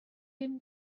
him